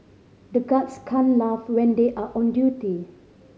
the guards can't laugh when they are on duty